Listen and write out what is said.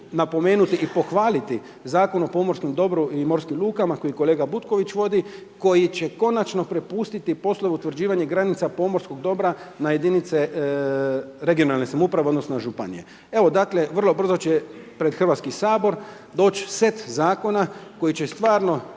napomenuti i pohvaliti Zakon o pomorskom dobru i morskim lukama koje kolega Butković vodi, koji će konačno prepustiti poslove utvrđivanja granica pomorskog dobra na jedinice regionalne samouprave, odnosno županije. Dakle vrlo brzo će pred Hrvatski sabor doć set zakona koji će stvarno